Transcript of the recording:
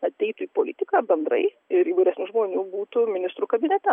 ateitų į politiką bendrai ir vyresnių žmonių būtų ministrų kabinete